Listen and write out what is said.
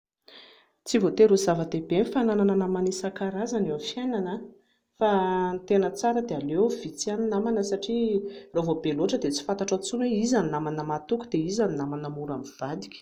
Tsy voatery ho zava-dehibe ny fananana namana isan-karazany eo amin'ny fiainana fa ny tena tsara dia aleo vitsy ihany ny namana satria raha vao be loatra dia tsy fantatrao intsony hoe iza no namana mahatoky dia iza no namana mora mivadika